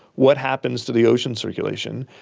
what happens to the ocean circulation?